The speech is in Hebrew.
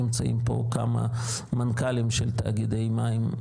ונמצאים פה כמה מנכ"לים של תאגידי מים,